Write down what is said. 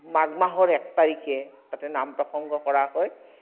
মাঘ মাহৰ এক তাৰিখে তাতে নাম প্ৰসংগ কৰা হয়